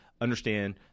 Understand